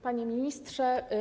Panie Ministrze!